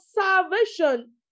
salvation